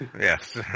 Yes